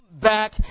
back